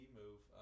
move